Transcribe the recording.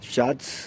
Shots